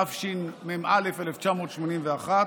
התשמ"א 1981,